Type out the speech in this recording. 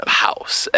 house